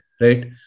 right